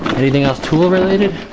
anything else tool related